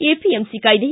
APMC ಕಾಯ್ದೆ